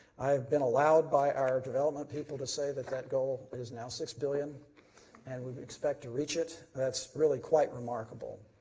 i have been allowed by our development people to say that that goal is now six billion and we expect to reach it, that's really quite remarkable.